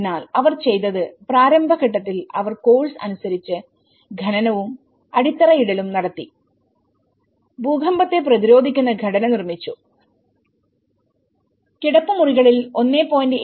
അതിനാൽ അവർ ചെയ്തത് പ്രാരംഭ ഘട്ടത്തിൽ അവർ കോഴ്സ് അനുസരിച്ച് ഖനനവും അടിത്തറയിടലും നടത്തി ഭൂകമ്പത്തെ പ്രതിരോധിക്കുന്ന ഘടന നിർമ്മിച്ചു കിടപ്പുമുറികളിൽ 1